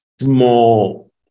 small